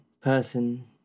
person